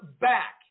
back